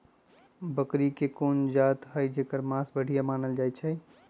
बकरी के कोन जात हई जेकर मास बढ़िया मानल जाई छई?